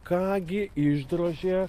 ką gi išdrožė